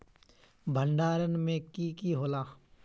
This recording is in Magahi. भण्डारण में की की होला?